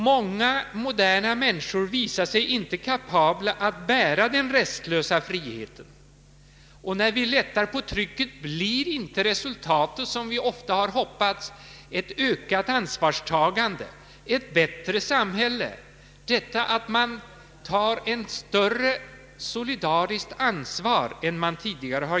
Många moderna människor visar sig inte kapabla att bära den restlösa friheten. När vi lättar på trycket blir inte resultatet, som vi hade hoppats, ett ökat ansvarstagande och ett bättre samhälle där människorna tar ett större solidariskt ansvar än tidigare.